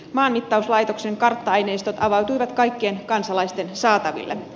maanmittauslaitoksen kartta aineistot avautuivat kaikkien kansalaisten saataville